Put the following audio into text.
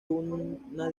una